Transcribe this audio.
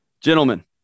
gentlemen